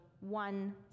one